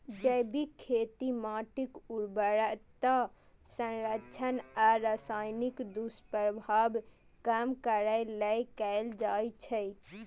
जैविक खेती माटिक उर्वरता संरक्षण आ रसायनक दुष्प्रभाव कम करै लेल कैल जाइ छै